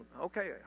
okay